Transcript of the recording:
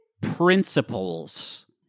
principles